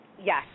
Yes